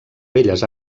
belles